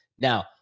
Now